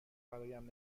برایم